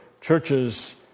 churches